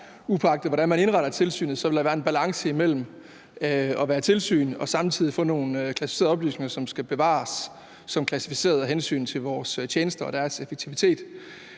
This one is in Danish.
hvordan man indretter tilsynet, vil der være en balance mellem at være tilsyn og samtidig at få nogle klassificerede oplysninger, som skal forblive klassificerede af hensyn til vores tjenester og deres effektivitet.